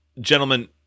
Gentlemen